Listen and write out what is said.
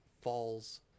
falls